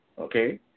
Okay